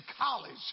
college